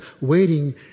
waiting